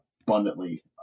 abundantly